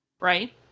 Right